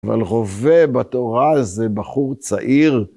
אבל רווה בתורה זה בחור צעיר.